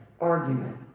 argument